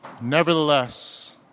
Nevertheless